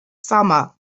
summer